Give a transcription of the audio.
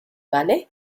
vale